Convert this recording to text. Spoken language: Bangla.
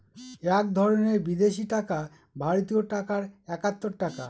এক ধরনের বিদেশি টাকা ভারতীয় টাকায় একাত্তর টাকা